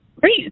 Great